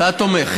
אתה תומך.